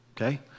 Okay